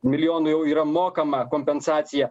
milijonų jau yra mokama kompensacija